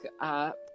up